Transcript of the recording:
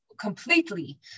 completely